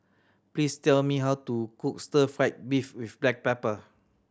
please tell me how to cook stir fried beef with black pepper